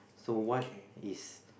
so what is